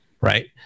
Right